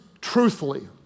truthfully